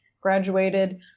graduated